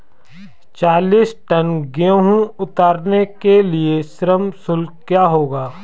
चालीस टन गेहूँ उतारने के लिए श्रम शुल्क क्या होगा?